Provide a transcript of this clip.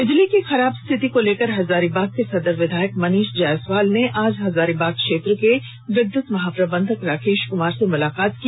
बिजली की खराब स्थिति को लेकर हजारीबाग के सदर विधायक मनीष जायसवाल ने आज विद्युत महाप्रबंधक राकेश कमार से मुलाकात की